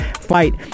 fight